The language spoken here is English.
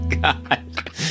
God